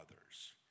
others